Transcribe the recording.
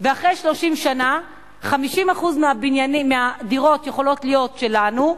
ואחרי 30 שנה 50% מהדירות יכולות להיות שלנו,